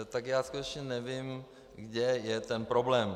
Tak já skutečně nevím, kde je ten problém.